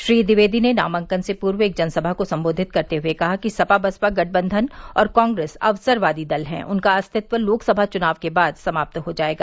श्री ट्विवेदी ने नामांकन से पूर्व एक जनसभा को संबोधित करते हुए कहा कि सपा बसपा गठबंधन और कांग्रेस अवसरवादी दल हैं उनका अस्तित्व लोकसभा चुनाव के बाद समाप्त हो जायेगा